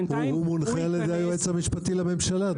בינתיים הוא -- הוא מונחה על ידי היועץ המשפטי לממשלה.